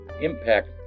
impact